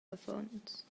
affons